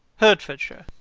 hertfordshire.